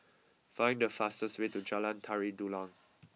find the fastest way to Jalan Tari Dulang